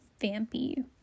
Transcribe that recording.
vampy